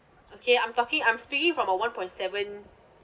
okay I'm talking I'm speaking from a one point seven